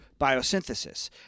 biosynthesis